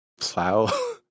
plow